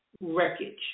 wreckage